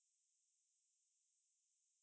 of like or or like watching uh